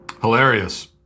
Hilarious